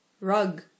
Rug